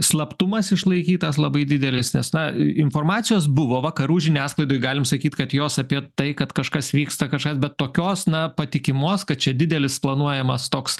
slaptumas išlaikytas labai didelis nes na informacijos buvo vakarų žiniasklaidoj galime sakyt kad jos apie tai kad kažkas vyksta kažkas bet tokios na patikimos kad čia didelis planuojamas toks